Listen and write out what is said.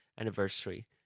anniversary